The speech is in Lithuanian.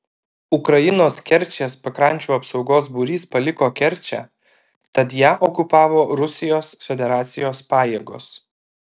ukrainos kerčės pakrančių apsaugos būrys paliko kerčę tad ją okupavo rusijos federacijos pajėgos